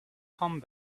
come